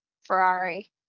Ferrari